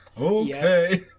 Okay